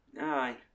Aye